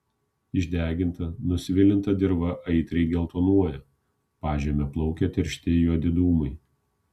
išdeginta nusvilinta dirva aitriai geltonuoja pažeme plaukia tiršti juodi dūmai